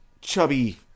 chubby